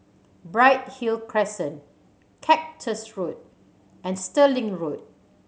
Bright Hill Crescent Cactus Road and Stirling Road